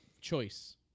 choice